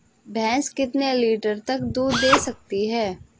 भैंस कितने लीटर तक दूध दे सकती है?